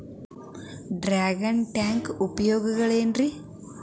Dragon tank ಉಪಯೋಗಗಳೆನ್ರಿ?